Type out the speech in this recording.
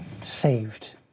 saved